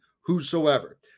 whosoever